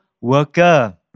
worker